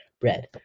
bread